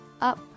up